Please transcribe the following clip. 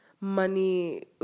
money